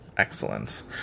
Excellence